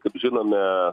kaip žinome